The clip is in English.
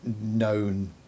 known